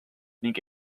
ning